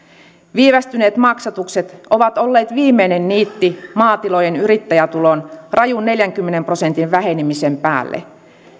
viivästyneet maksatukset ovat olleet viimeinen niitti maatilojen yrittäjätulon rajun neljänkymmenen prosentin vähenemisen päälle